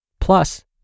Plus